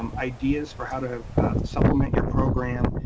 um ideas for how to supplement your program,